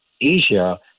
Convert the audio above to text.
Asia